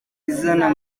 izana